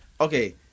okay